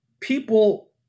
people